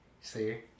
See